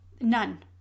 None